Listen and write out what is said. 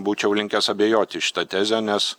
būčiau linkęs abejoti šita teze nes